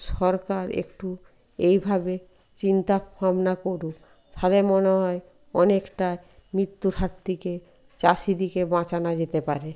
সরকার একটু এইভাবে চিন্তাভাবনা করুক তাহলে মনে হয় অনেকটা মিত্যুর হাত থেকে চাষি দিকে বাঁচানো যেতে পারে